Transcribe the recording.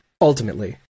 ultimately